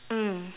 mm